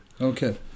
Okay